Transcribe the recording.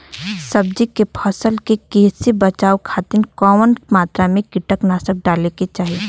सब्जी के फसल के कियेसे बचाव खातिन कवन मात्रा में कीटनाशक डाले के चाही?